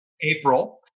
April